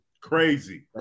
Crazy